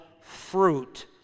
fruit